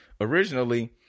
originally